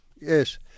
Yes